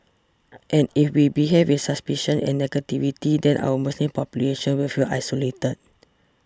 and if we behave with suspicion and negativity then our Muslim population will feel isolated